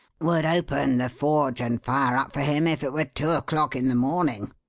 would open the forge and fire up for him if it were two o'clock in the morning.